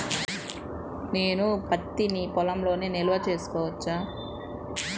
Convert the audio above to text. నేను పత్తి నీ పొలంలోనే నిల్వ చేసుకోవచ్చా?